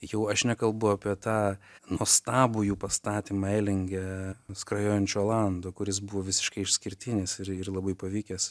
jau aš nekalbu apie tą nuostabų jų pastatymą elinge skrajojančio olando kuris buvo visiškai išskirtinis ir ir labai pavykęs